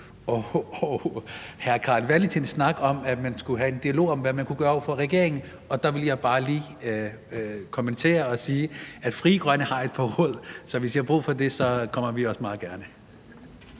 og hr. Carl Valentin snakke om, at man skulle have en dialog om, hvad man kunne gøre over for regeringen, til lige at kommentere det og sige, at Frie Grønne har et par råd, så hvis I har brug for dem, så kommer vi også meget gerne.